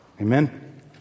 Amen